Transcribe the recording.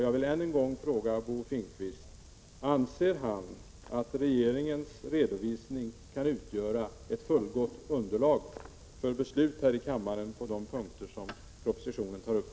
Jag vill ännu en gång fråga Bo Finnkvist: Anser Bo Finnkvist att regeringens redovisning kan utgöra ett fullgott underlag för beslut här i kammaren på de punkter som propositionen tar upp?